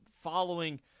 following